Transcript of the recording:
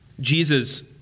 Jesus